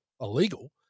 illegal